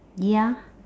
ya